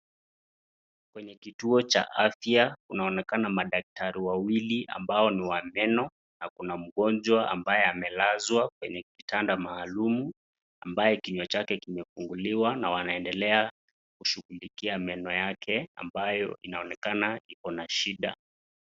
Kwenye kituo cha afya kunaonekana madaktari wawili ambao ni wa meno na kuna mgonjwa ambaye amelazwa kwenye kitanda maalum ambaye kinywa chake kimefunguliwa na wanaendelea kushughulikia meno yake ambayo inaonekana ikona shida.